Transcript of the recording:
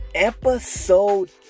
Episode